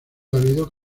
habido